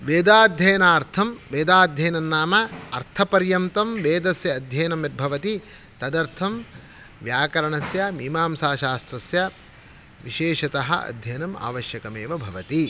वेदाध्ययनार्थं वेदाध्ययनन्नाम अर्थपर्यन्तं वेदस्य अध्ययनं यत् भवति तदर्थं व्याकरणस्य मीमांसाशास्त्रस्य विशेषतः अध्ययनम् आवश्यकमेव भवति